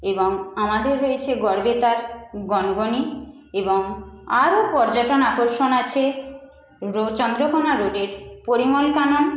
এবং আমাদের হয়েছে গড়বেতার গনগনি এবং আরও পর্যটন আকর্ষণ আছে চন্দ্রকোণা রোডের পরিমল কানন